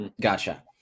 Gotcha